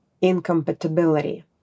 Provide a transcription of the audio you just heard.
incompatibility